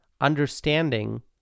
understanding